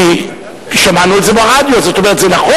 כי שמענו את זה ברדיו, זאת אומרת שזה נכון.